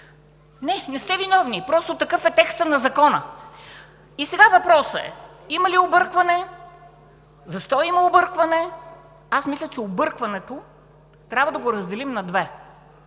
Не, не сте виновни! Просто такъв е текстът на Закона. Сега въпросът е: има ли объркване? Защо има объркване? Мисля, че объркването трябва да го разделим на две.